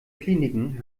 kliniken